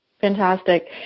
Fantastic